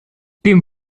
dem